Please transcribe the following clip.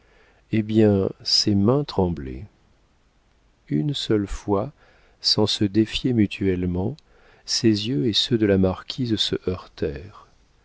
eh bien ses mains tremblaient une seule fois sans se défier mutuellement ses yeux et ceux de la marquise se